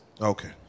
Okay